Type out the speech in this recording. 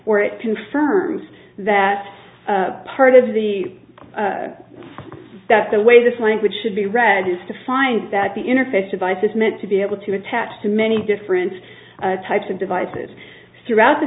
where it confirms that part of the that the way this language should be read is to find that the interface device is meant to be able to attach to many different types of devices throughout the